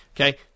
Okay